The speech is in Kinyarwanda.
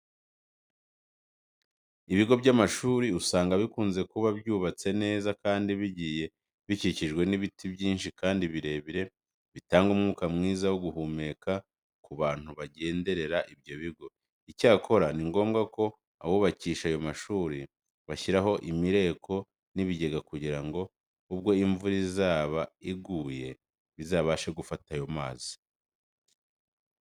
Ibigo by'amashuri usanga bikunze kuba byubatse neza kandi bigiye bikikijwe n'ibiti byinshi kandi birebire bitanga umwuka mwiza wo guhumeka ku bantu bagenderera ibyo bigo. Icyakora ni ngombwa ko abubakisha ayo mashuri bashyiraho imireko n'ibigega kugira ngo ubwo imvura izaba iguye bizabashe gufata ayo mazi.